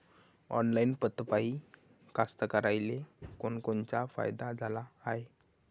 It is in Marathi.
ऑनलाईन पद्धतीपायी कास्तकाराइले कोनकोनचा फायदा झाला हाये?